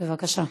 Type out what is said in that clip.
בבקשה.